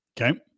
Okay